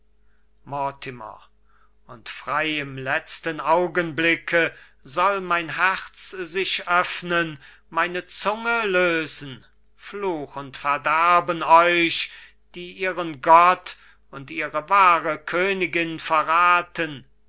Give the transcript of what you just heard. und frei im letzten augenblicke soll mein herz sich öffnen meine zunge lösen fluch und verderben euch die ihren gott und ihre wahre königin verraten